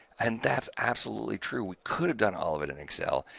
and that's absolutely true. we could have done all of it in excel.